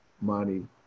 money